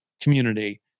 community